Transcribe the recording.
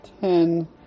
ten